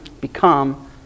become